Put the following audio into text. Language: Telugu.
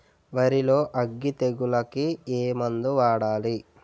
వరిలో అగ్గి తెగులకి ఏ మందు వాడాలి?